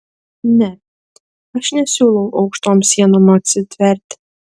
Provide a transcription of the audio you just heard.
ne aš nesiūlau aukštom sienom atsitverti